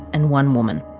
and one woman.